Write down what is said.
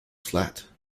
flat